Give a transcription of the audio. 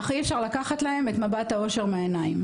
אך אי אפשר לקחת להם את מבט האושר מהעיניים.